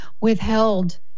withheld